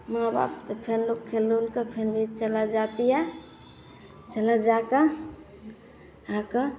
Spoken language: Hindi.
माँ बाप त फिर लोग खेल ऊलकर फिर वे चला जाती है चला जाता आ का